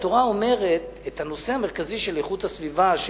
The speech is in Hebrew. התורה אומרת שאת הנושא המרכזי של איכות הסביבה,